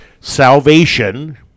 salvation